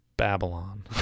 Babylon